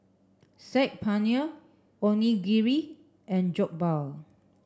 Saag Paneer Onigiri and Jokbal